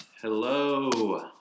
Hello